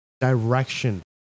direction